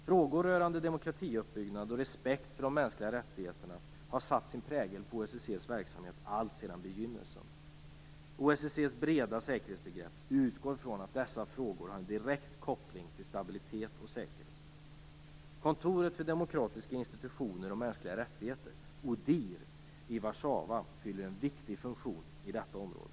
Frågor rörande demokratiuppbyggnad och respekt för de mänskliga rättigheterna har satt sin prägel på OSSE:s verksamhet alltsedan begynnelsen. OSSE:s breda säkerhetsbegrepp utgår från att dessa frågor har en direkt koppling till stabilitet och säkerhet. Kontoret för demokratiska institutioner och mänskliga rättigheter, ODIHR, i Warszawa fyller en viktig funktion inom detta område.